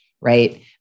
right